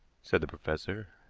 said the professor.